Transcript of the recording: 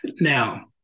Now